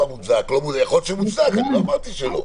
יכול להיות שזה מוצדק, לא אמרתי שלא.